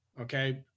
Okay